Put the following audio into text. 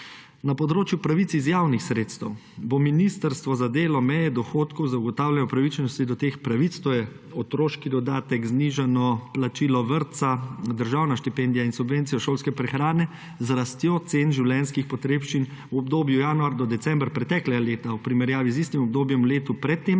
Na področju pravic iz javnih sredstev bo ministrstvo za delo meje dohodkov za ugotavljanje upravičenosti do teh pravic, to je otroški dodatek, znižano plačilo vrtca, državna štipendija in subvencija šolske prehrane, z rastjo cen življenjskih potrebščin v obdobju januar–december preteklega leta v primerjavi z istim obdobjem v letu pred tem